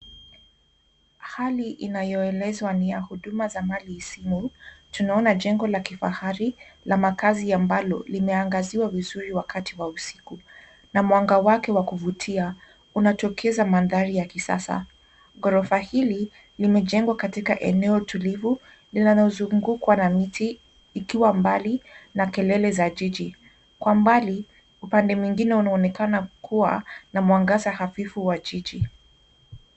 Hali inayoelezwa ni ya huduma za mali isimu. Tunaona jengo la kifahari la makazi ambalo limeangaziwa vizuri wakati wa usiku na mwanga wake wa kuvutia unatokeza mandhari ya kisasa. Ghorofa hili limejengwa katika eneo tulivu linalozungukwa na miti ikiwa mbali na kelele za jiji. Kwa mbali, upande mwingine unaonekana kuwa na mwangaza hafifu wa jiji.